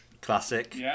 Classic